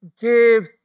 give